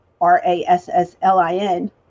R-A-S-S-L-I-N